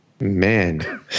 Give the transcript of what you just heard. Man